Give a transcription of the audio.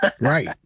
Right